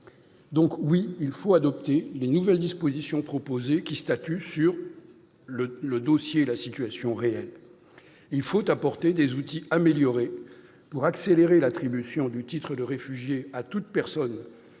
Donc oui, il faut adopter les nouvelles dispositions proposées, qui statuent sur la situation réelle ! Il faut prévoir des outils améliorés, pour accélérer l'attribution du titre de réfugié à toute personne